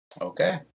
okay